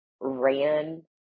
ran